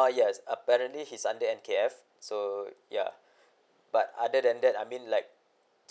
uh yes apparently he's under N_K_F so ya but other than that I mean like